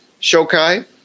Shokai